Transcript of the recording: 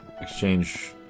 exchange